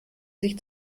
sich